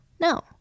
No